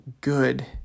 good